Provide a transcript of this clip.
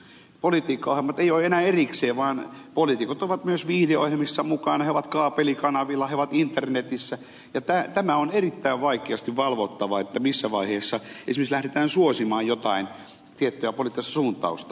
politiikkaohjelmat eivät ole enää erikseen vaan poliitikot ovat myös viihdeohjelmissa mukana he ovat kaapelikanavilla he ovat internetissä ja erittäin vaikeasti valvottava on se missä vaiheessa esimerkiksi lähdetään suosimaan jotain tiettyä poliittista suuntausta